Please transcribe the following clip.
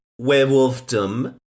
werewolfdom